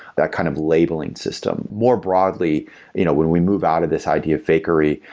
that kind of labeling system. more broadly you know when we move out of this idea of fakery,